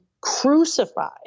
crucified